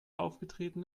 aufgetreten